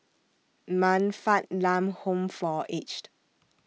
Man Fatt Lam Home For Aged